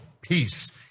peace